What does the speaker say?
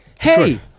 Hey